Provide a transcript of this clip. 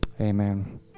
Amen